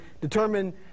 determine